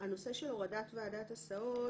הנושא של הורדת ועדת הסעות,